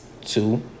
Two